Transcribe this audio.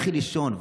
לכי לישון,